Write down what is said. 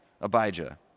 Abijah